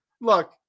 Look